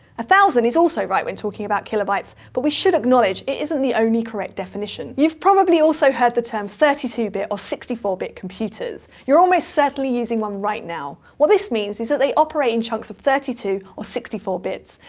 ah thousand is also right when talking about kilobytes, but we should acknowledge it isn't the only correct definition. you've probably also heard the term thirty two bit or sixty four bit computers you're almost certainly using one right now. what this means is that they operate in chunks of thirty two or sixty four bits.